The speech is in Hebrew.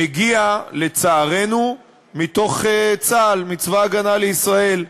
מגיע, לצערנו, מתוך צה"ל, מצבא ההגנה לישראל,